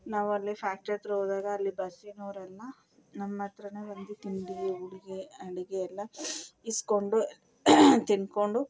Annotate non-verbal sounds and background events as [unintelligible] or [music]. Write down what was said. ನಾವು ಅಲ್ಲೆ ಫ್ಯಾಕ್ಟ್ರಿ ಹತ್ರ ಹೋದಾಗ ಅಲ್ಲಿ ಬಸ್ಸಿನವರೆಲ್ಲ ನಮ್ಮ ಹತ್ರನೇ ಬಂದು ತಿಂಡಿ [unintelligible] ಅಡುಗೆ ಎಲ್ಲ ಈಸ್ಕೊಂಡು ತಿಂದ್ಕೊಂಡು